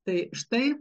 tai štai